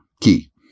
key